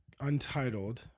untitled